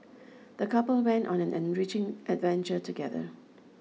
the couple went on an enriching adventure together